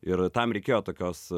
ir tam reikėjo tokios